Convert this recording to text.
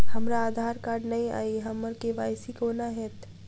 हमरा आधार कार्ड नै अई हम्मर के.वाई.सी कोना हैत?